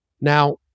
Now